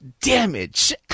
damage